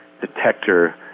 detector